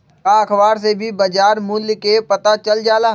का अखबार से भी बजार मूल्य के पता चल जाला?